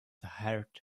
herd